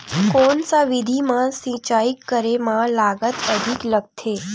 कोन सा विधि म सिंचाई करे म लागत अधिक लगथे?